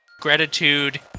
Gratitude